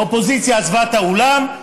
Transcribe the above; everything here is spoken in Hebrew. האופוזיציה עזבה את האולם,